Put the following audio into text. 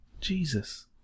Jesus